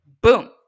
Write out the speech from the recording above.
boom